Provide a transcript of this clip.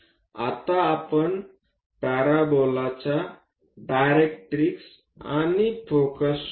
आता आपण पॅराबोलाचा डिरेक्ट्रिक्स आणि फोकस शोधू